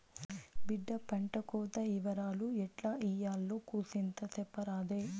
బిడ్డా పంటకోత ఇవరాలు ఎట్టా ఇయ్యాల్నో కూసింత సెప్పరాదే